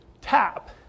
tap